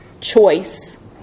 choice